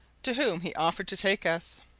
to whom he offered to take us.